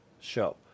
show